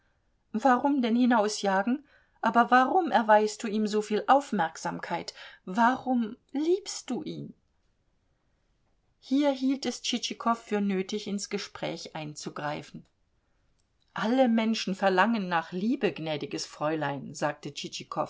warum denn hinausjagen aber warum erweist du ihm soviel aufmerksamkeit warum liebst du ihn hier hielt es tschitschikow für nötig ins gespräch einzugreifen alle menschen verlangen nach liebe gnädiges fräulein sagte